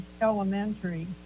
elementary